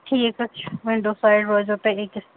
ٹھیٖک حظ چھُ وِنڈو سایڈ روزیو تۄہہِ أکِس